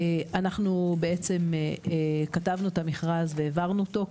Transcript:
אנחנו בעצם כתבנו את המכרז והעברנו אותו.